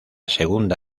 segunda